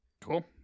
Cool